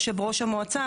יושב ראש המועצה,